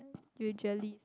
usually